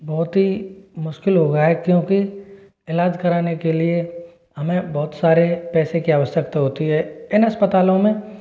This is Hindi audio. बहुत ही मुश्किल हो गया है क्योंकि इलाज़ करने के लिए हमें बहुत सारे पैसे की आवश्यकता होती है इन अस्पतालों में